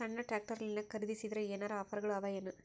ಸಣ್ಣ ಟ್ರ್ಯಾಕ್ಟರ್ನಲ್ಲಿನ ಖರದಿಸಿದರ ಏನರ ಆಫರ್ ಗಳು ಅವಾಯೇನು?